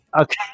Okay